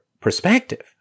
perspective